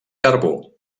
carbó